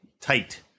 tight